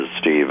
Steve